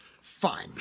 Fine